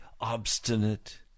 Obstinate